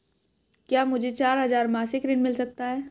क्या मुझे चार हजार मासिक ऋण मिल सकता है?